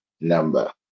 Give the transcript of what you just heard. number